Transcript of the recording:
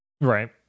Right